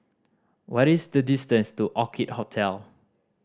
what is the distance to Orchid Hotel